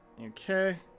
Okay